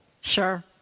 Sure